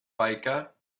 baker